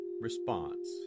response